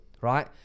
Right